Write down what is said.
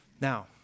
Now